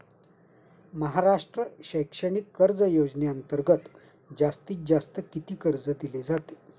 महाराष्ट्र शैक्षणिक कर्ज योजनेअंतर्गत जास्तीत जास्त किती कर्ज दिले जाते?